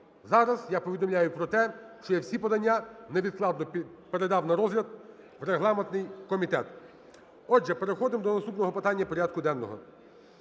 Зараз я повідомляю про те, що я всі подання невідкладно передам на розгляд у регламентний комітет. Отже, переходимо до наступного питання порядку денного